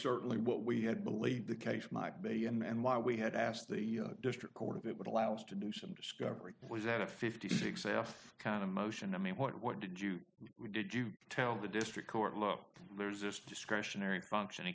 certainly what we had believed the case might be and why we had asked the district court of it would allow us to do some discovery that was at fifty six a half kind of motion i mean what what did you did you tell the district court look there's this discretionary function